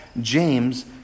James